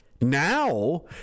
Now